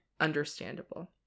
Understandable